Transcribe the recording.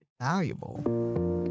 valuable